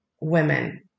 women